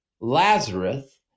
Lazarus